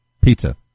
Pizza